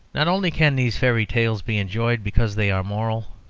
not only can these fairy-tales be enjoyed because they are moral,